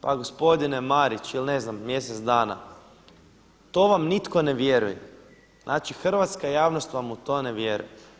Pa gospodine Marić, ili ne znam mjesec dana, to vam nitko ne vjeruje, znači hrvatska javnost vam u to ne vjeruje.